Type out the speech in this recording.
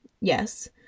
Yes